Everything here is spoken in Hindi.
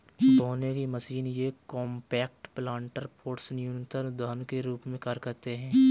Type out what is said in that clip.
बोने की मशीन ये कॉम्पैक्ट प्लांटर पॉट्स न्यूनतर उद्यान के रूप में कार्य करते है